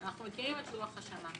אנחנו מכירים את לוח השנה.